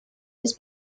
has